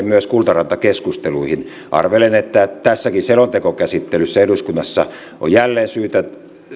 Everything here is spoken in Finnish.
myös eilisiin kultaranta keskusteluihin arvelen että tässäkin selontekokäsittelyssä eduskunnassa on jälleen syytä